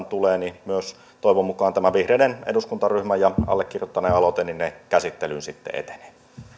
tulee niin myös tämä vihreiden eduskuntaryhmän ja allekirjoittaneen aloite käsittelyyn sitten etenee